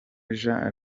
jean